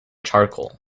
charcoal